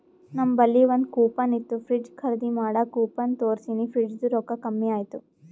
ನಂಬಲ್ಲಿ ಒಂದ್ ಕೂಪನ್ ಇತ್ತು ಫ್ರಿಡ್ಜ್ ಖರ್ದಿ ಮಾಡಾಗ್ ಕೂಪನ್ ತೋರ್ಸಿನಿ ಫ್ರಿಡ್ಜದು ರೊಕ್ಕಾ ಕಮ್ಮಿ ಆಯ್ತು